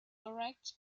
erect